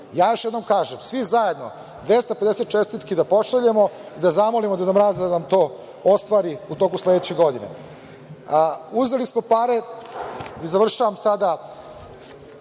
Još jednom kažem, svi zajedno 250 čestitki da pošaljemo i da zamolimo Deda Mraza da nam to ostvari u toku sledeće godine. Uzeli smo pare, završavam sada,